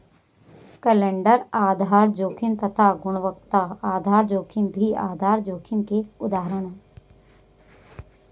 calendar आधार जोखिम तथा गुणवत्ता आधार जोखिम भी आधार जोखिम के उदाहरण है